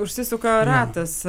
užsisuka ratas